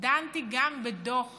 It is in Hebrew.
דנתי גם בדוח